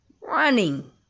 running